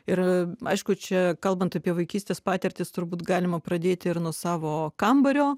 ir aišku čia kalbant apie vaikystės patirtis turbūt galima pradėti ir nuo savo kambario